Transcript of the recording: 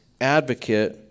advocate